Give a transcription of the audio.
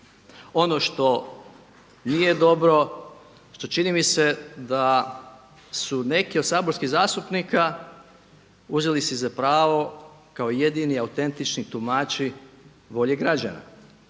Ono što nije dobro, što čini mi se da su neki od saborskih zastupnika uzeli si za pravo kao jedini autentični tumači volje građana